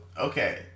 okay